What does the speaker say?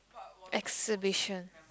exhibition